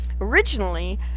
Originally